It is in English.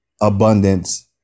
abundance